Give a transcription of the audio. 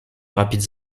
rapides